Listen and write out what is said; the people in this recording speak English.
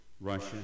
Russia